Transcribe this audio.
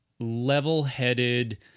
level-headed